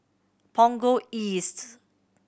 Punggol East